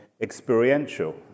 experiential